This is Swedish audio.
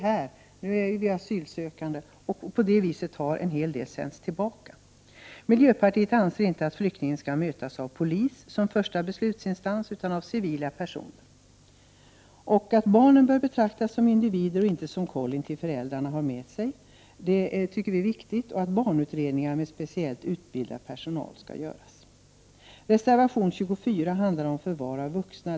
Därför har en hel del människor sänts tillbaka. Vi i miljöpartiet anser inte att flyktingen skall mötas av polis som första beslutsinstans utan av civila personer. Barnen bör betraktas som individer och inte som kollin som föräldrarna har med sig. Detta är viktigt. Dessutom tycker vi att särskilda barnutredningar med speciellt utbildad personal skall göras. Reservation 25 handlar om förvar av vuxna.